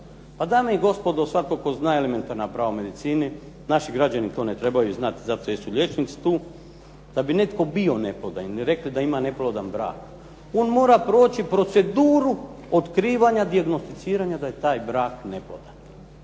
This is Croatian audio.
Pa dame i gospodo, svatko tko zna elementarna prava o medicini, naši građani to ne trebaju znati zato jesu liječnici tu. Da bi netko bio neplodan ili rekli da ima neplodan brak on mora proći proceduru otkrivanja, dijagnosticiranja da je taj brak neplodan,